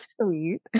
sweet